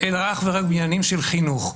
אלא אך ורק בעניינים של חינוך.